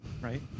right